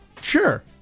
Sure